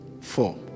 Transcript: four